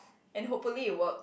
and hopefully it work